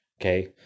okay